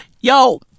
Yo